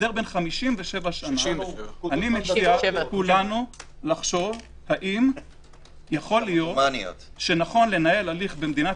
אני מציע לכולנו לחשוב האם ייתכן שנכון לנהל הליך במדינת